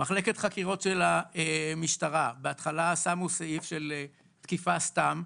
מחלקת החקירות של המשטרה בהתחלה שמו סעיף של תקיפה סתם.